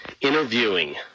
interviewing